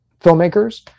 filmmakers